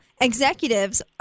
executives